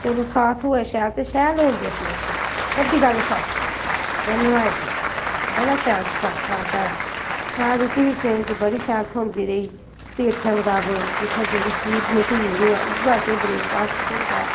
चलो साथ होऐ शैल ते शैल होई दे तीरथ बड्डी गल्ल साथै दी जेह्ड़ा नभाई दा बड़ा शैल साथ हा साढ़ा शैल रुट्टी बी ट्रेन च बड़ी शैल थ्होंदी रेही तीरथें मुताबक जित्थें जेह्ड़ी चीज़ मश्हूर होऐ उ'ऐ असें ई ब्रेकफास्ट थ्होंदा